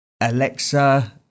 Alexa